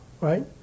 right